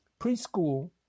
preschool